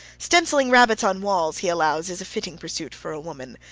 stenciling rabbits on walls, he allows, is a fitting pursuit for a woman,